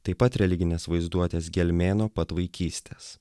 taip pat religinės vaizduotės gelmė nuo pat vaikystės